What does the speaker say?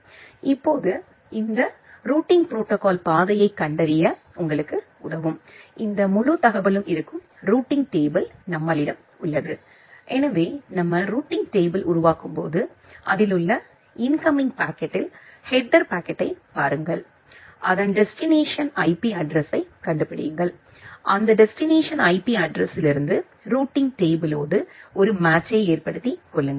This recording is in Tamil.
இப்போது இந்த ரூட்டிங் ப்ரோடோகால் பாதையைக் கண்டறிய உங்களுக்கு உதவும் இந்த முழு தகவலும் இருக்கும் ரூட்டிங் டேபிள் நம்மிடம் உள்ளது எனவே நம்ம ரூட்டிங் டேபிள் உருவாக்கும்போதுஅதில் உள்ள இன்கம்மிங் பாக்கெட்டில் ஹெட்டர் பாக்கெட்யை பாருங்கள் அதன் டெஸ்டினேஷன் ஐபி அட்ரஸ்யை கண்டுபிடியுங்கள் அந்த டெஸ்டினேஷன் ஐபி அட்ட்ரஸிலிருந்து ரூட்டிங் டேபிள்ளோடு ஒரு மேட்ச்யை ஏற்படுத்தி கொள்ளுங்கள்